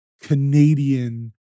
Canadian